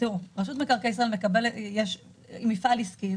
רשות מקרקעי ישראל היא מפעל עסקי.